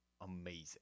amazing